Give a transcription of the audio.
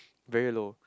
very low